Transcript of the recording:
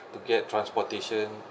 to get transportation